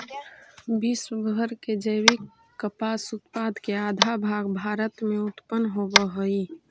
विश्व भर के जैविक कपास उत्पाद के आधा भाग भारत में उत्पन होवऽ हई